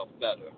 better